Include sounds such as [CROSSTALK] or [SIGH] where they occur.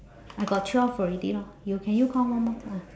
I got twelve already lor you can you count one more [NOISE]